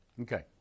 Okay